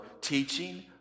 teaching